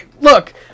Look